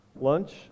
lunch